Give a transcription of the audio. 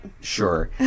Sure